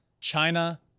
China